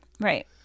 Right